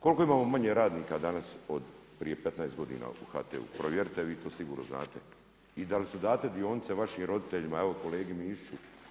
Koliko imamo manje radnika danas od prije 15 godina u HT-u, provjerite vi to sigurno znate i da li su date dionice vašim roditeljima, evo kolegi Mišiću